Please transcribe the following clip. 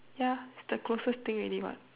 ya it's the closest thing already what